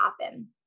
happen